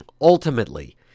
ultimately